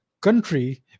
country